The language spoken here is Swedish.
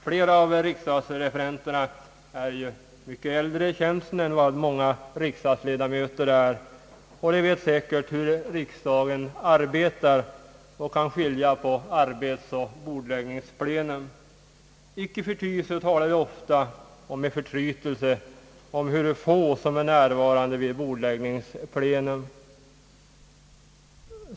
Flera av riksdagsreferenterna är äldre i tjänsten än vad många riksdagsledamöter är, de vet säkert hur riksdagen. arbetar och kan skilja mellan arbetsoch bordläggningsplenum. Icke förty talar de ofta och med förtrytelse om hur få som är närvarande vid bordläggningsplenum.